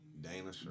Dana